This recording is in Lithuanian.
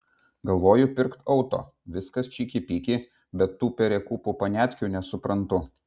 galvoju pirkt auto viskas čiki piki bet tų perekūpų paniatkių nesuprantu